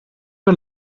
are